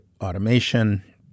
automation